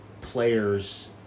players